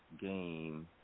game